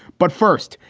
but first,